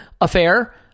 affair